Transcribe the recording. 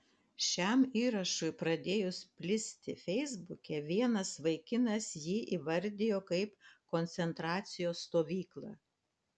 šiam įrašui pradėjus plisti feisbuke vienas vaikinas jį įvardijo kaip koncentracijos stovyklą